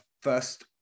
first